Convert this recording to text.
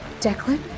Declan